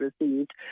received